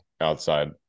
outside